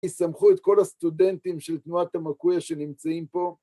ישמחו את כל הסטודנטים של תנועת המקויה שנמצאים פה.